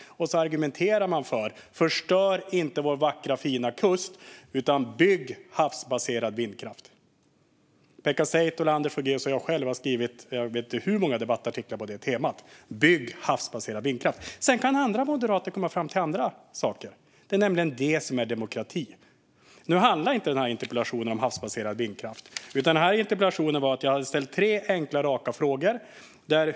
Så argumenterar man för att den vackra fina kusten inte ska förstöras utan att havsbaserad vindkraft ska byggas. Pekka Seitola, Anders Fogeus och jag själv har skrivit jag vet inte hur många debattartiklar på det temat: Bygg havsbaserad vindkraft. Sedan kan andra moderater komma fram till andra saker. Det är demokrati. Nu handlar inte den här interpellationen om havsbaserad vindkraft, utan i den här interpellationen ställde jag tre enkla och raka frågor.